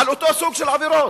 על אותו סוג של עבירות.